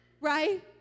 right